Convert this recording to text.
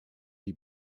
die